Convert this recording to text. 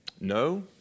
No